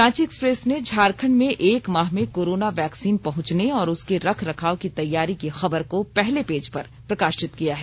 Ranchi Express ने झारखंड में एक माह में कोरोना वैक्सीन पहुंचने और उसेक रख रखाव की तैयारी की खबर को पहले पेज पर प्रकाशित किया है